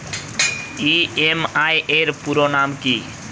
EMI এর পুরোনাম কী?